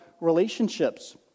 relationships